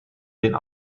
den